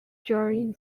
during